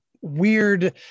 weird